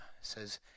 says